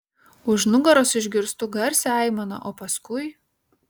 už nugaros išgirstu garsią aimaną o paskui